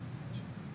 היום-יומית.